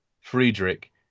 Friedrich